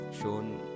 shown